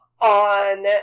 on